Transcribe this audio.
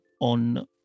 on